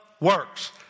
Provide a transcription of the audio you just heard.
works